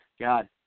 God